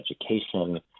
education